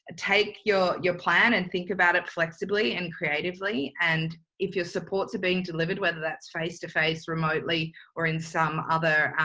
ah take your your plan and think about it flexibly and creatively and if your supports are being delivered, whether that's face to face, remotely or in some other,